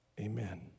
Amen